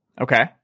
Okay